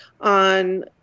on